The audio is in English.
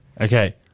Okay